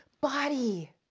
body